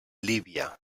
líbia